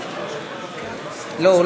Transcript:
לא.